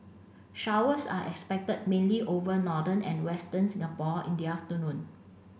showers are expected mainly over northern and western Singapore in the afternoon